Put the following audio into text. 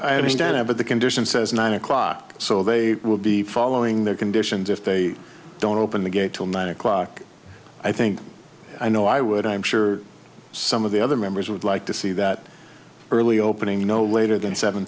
that but the condition says nine o'clock so they will be following their conditions if they don't open the gate till nine o'clock i think i know i would i'm sure some of the other members would like to see that early opening no later than seven